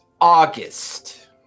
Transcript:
August